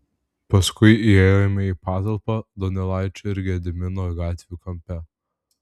paskui įėjome į patalpą donelaičio ir gedimino gatvių kampe